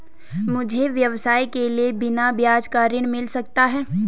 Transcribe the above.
मुझे व्यवसाय के लिए बिना ब्याज का ऋण मिल सकता है?